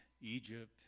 Egypt